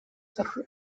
zaitu